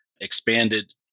expanded